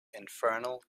infernal